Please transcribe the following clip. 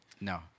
No